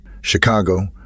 Chicago